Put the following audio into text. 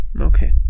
Okay